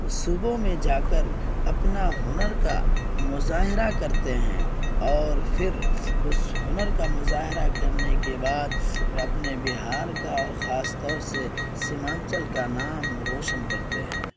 صوبوں میں جا کر اپنا ہنر کا مظاہرہ کرتے ہیں اور پھر اس ہنر کا مظاہرہ کرنے کے بعد اپنے بہار کا اور خاص طور سے سیمانچل کا نام روشن کرتے ہیں